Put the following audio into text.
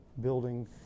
building